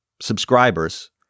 subscribers